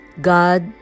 God